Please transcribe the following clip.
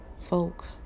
folk